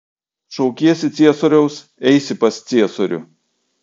šaukiesi ciesoriaus eisi pas ciesorių